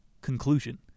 Conclusion